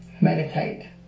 meditate